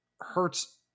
hurts